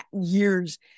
years